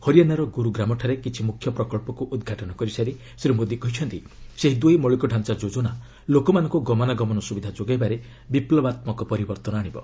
ହରିୟାଣାର ଗୁରୁଗ୍ରାମଠାରେ କିଛି ମୁଖ୍ୟ ପ୍ରକଳ୍ପକୁ ଉଦ୍ଘାଟନ କରିସାରି ଶ୍ରୀ ମୋଦି କହିଛନ୍ତି ସେହି ଦୁଇ ମୌଳିକଡାଞ୍ଚା ଯୋଜନା ଲୋକମାନଙ୍କୁ ଗମନାଗମନ ସୁବିଧା ଯୋଗାଇବାରେ ବିପ୍ଲବାତ୍ମକ ପରିବର୍ତ୍ତନ ଆଶିବ